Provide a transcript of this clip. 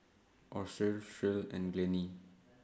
Austin Shirl and Glennie